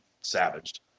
savaged